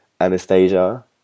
Anastasia